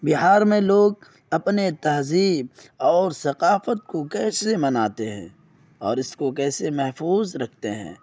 بہار میں لوگ اپنے تہذیب اور ثقافت کو کیسے مناتے ہیں اور اس کو کیسے محفوظ رکھتے ہیں